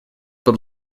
под